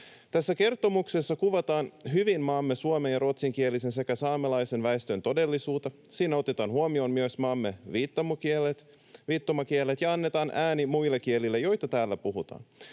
Tässä kertomuksessa kuvataan hyvin maamme suomen- ja ruotsinkielisen sekä saamelaisen väestön todellisuutta. Siinä otetaan huomioon myös maamme viittomakielet ja annetaan ääni muille kielille, joita täällä puhutaan.